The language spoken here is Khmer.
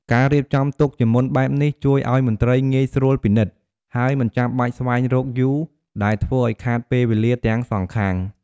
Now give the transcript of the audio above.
ការរៀបចំទុកជាមុនបែបនេះជួយឱ្យមន្ត្រីងាយស្រួលពិនិត្យ ហើយមិនចាំបាច់ស្វែងរកយូរដែលធ្វើឱ្យខាតពេលវេលាទាំងសងខាង។